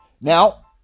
Now